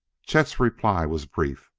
chet's reply was brief,